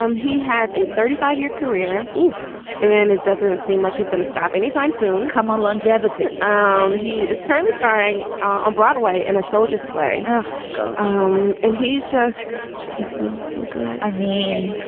um he has a thirty five year career move and it doesn't seem like he's going to stop anytime soon. come on, longevity. um he is currently starring on broadway in a soldier's play yeah um and he's just he smells so good. i mean,